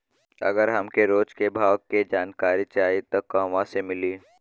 अगर हमके रोज के भाव के जानकारी चाही त कहवा से मिली?